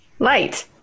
light